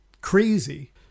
crazy